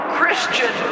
Christian